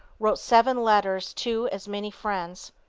wrote seven letters to as many friends.